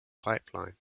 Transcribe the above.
pipeline